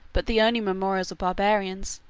but the only memorials of barbarians,